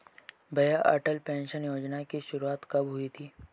भैया अटल पेंशन योजना की शुरुआत कब हुई थी?